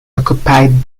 occupied